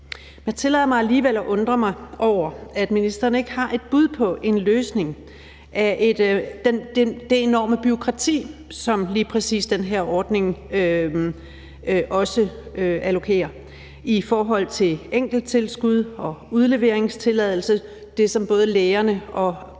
Jeg tillader mig alligevel at undre mig over, at ministeren ikke har et bud på en løsning på det enorme bureaukrati, som lige præcis den her ordning også medfører i forhold til enkelttilskud og udleveringstilladelse, hvilket både lægerne og